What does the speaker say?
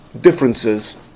differences